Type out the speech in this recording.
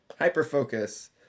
Hyperfocus